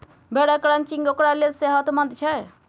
भेड़क क्रचिंग ओकरा लेल सेहतमंद छै